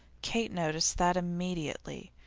kate noticed that, immediately.